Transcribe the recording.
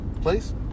please